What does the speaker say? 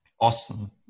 Awesome